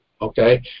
okay